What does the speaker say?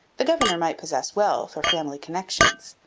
the governor might possess wealth, or family connections.